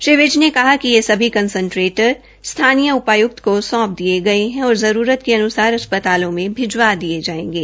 श्री विज ने कहा कि यह सभी कंसंट्रेटर स्थानीय उपायुक्त को सौंप दिये हैं जोकि जरूरत के अनुसार अस्पतालों में भिजवा देंगे